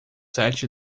sete